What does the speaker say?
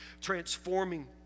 transforming